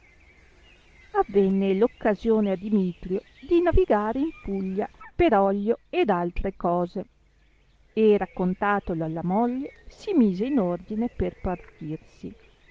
avvenne l'occasione a dimitrio di navigare in puglia per oglio ed altre cose e raccontatolo alla moglie si mise in ordine per partirsi